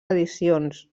edicions